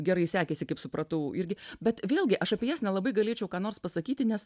gerai sekėsi kaip supratau irgi bet vėlgi aš apie jas nelabai galėčiau ką nors pasakyti nes